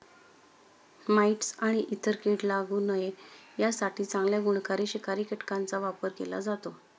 mites आणि इतर कीडे लागू नये यासाठी चांगल्या गुणकारी शिकारी कीटकांचा वापर केला जातो